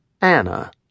Anna